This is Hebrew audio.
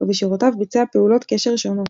ובשורותיו ביצע פעולות קשר שונות.